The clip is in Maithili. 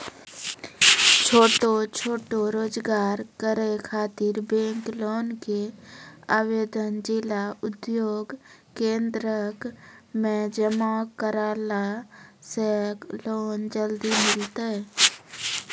छोटो छोटो रोजगार करै ख़ातिर बैंक लोन के आवेदन जिला उद्योग केन्द्रऽक मे जमा करला से लोन जल्दी मिलतै?